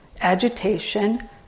agitation